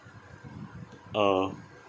uh